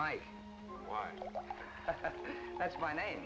my that's my name